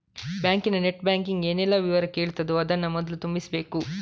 ಬ್ಯಾಂಕಿನ net banking ಏನೆಲ್ಲ ವಿವರ ಕೇಳ್ತದೋ ಅದನ್ನ ಮೊದ್ಲು ತುಂಬಿಸ್ಬೇಕು